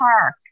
park